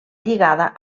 lligada